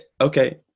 okay